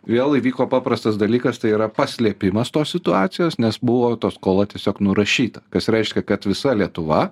vėl įvyko paprastas dalykas tai yra paslėpimas tos situacijos nes buvo ta skola tiesiog nurašyta kas reiškia kad visa lietuva